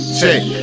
check